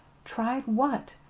tried what?